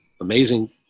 amazing